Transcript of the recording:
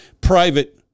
private